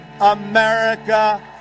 America